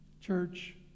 church